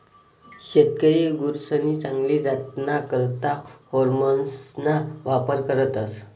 शेतकरी गुरसनी चांगली जातना करता हार्मोन्सना वापर करतस